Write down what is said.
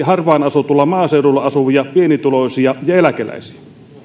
harvaan asutulla maaseudulla asuvia pienituloisia ja eläkeläisiä